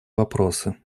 вопросы